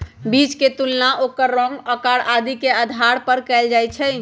बीज के तुलना ओकर रंग, आकार आदि के आधार पर कएल जाई छई